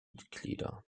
mitglieder